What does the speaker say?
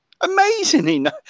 Amazingly